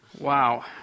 Wow